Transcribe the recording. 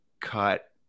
cut